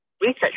research